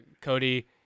Cody